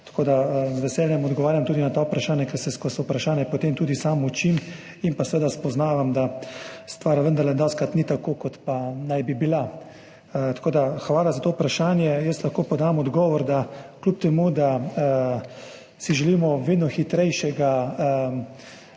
Tako da z veseljem odgovarjam tudi na ta vprašanja, ker se skozi vprašanja potem tudi sam učim in spoznavam, da stvar vendarle dostikrat ni takšna, kot naj bi bila. Tako da hvala za to vprašanje. Lahko podam odgovor, da kljub temu da si želimo vedno hitrejšega